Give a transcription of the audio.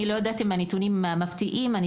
אני לא יודעת אם הנתונים מפתיעים אבל